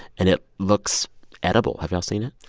and it looks edible. have y'all seen it?